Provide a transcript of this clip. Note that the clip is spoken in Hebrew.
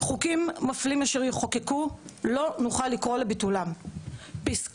אנחנו נעבור ל"בונות